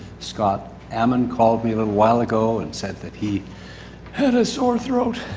scott hammond called me a little while ago and said that he had a sore throat.